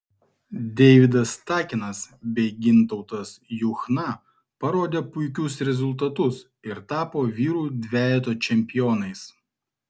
deividas takinas bei gintautas juchna parodė puikius rezultatus ir tapo vyrų dvejeto čempionais